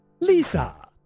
Lisa